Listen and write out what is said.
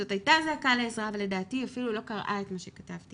זאת הייתה זעקה לעזרה ולדעתי היא אפילו לא קראה את מה שכתבתי'.